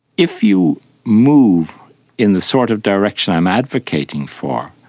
if you move in the sort of direction i'm advocating for,